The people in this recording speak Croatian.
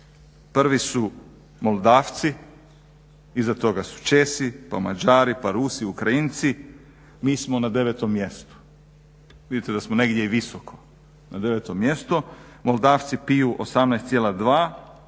Prvi su Moldavci, iza toga su Česi, pa Mađari, pa Rusi, Ukrajinci. Mi smo na devetom mjestu. Vidite da smo negdje i visoko, na 9. mjestu. Moldavci piju 18,2